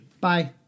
bye